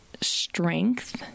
strength